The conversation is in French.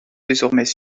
désormais